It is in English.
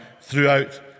throughout